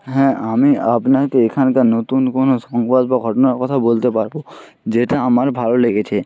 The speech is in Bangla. হ্যাঁ আমি আপনাকে এখানকার নতুন কোনো সংকল্প ঘটনার কথা বলতে পারবো যেটা আমার ভালো লেগেছে